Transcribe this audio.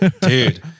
Dude